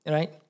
Right